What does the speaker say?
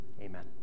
Amen